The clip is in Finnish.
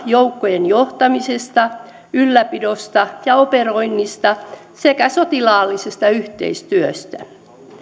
joukkojen johtamisesta ylläpidosta ja operoinnista sekä sotilaallisesta yhteistyöstä